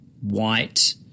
white